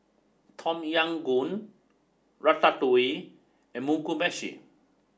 Tom Yam Goong Ratatouille and Mugi meshi